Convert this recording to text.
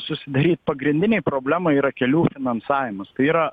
susidaryt pagrindinė problema yra kelių finansavimas tai yra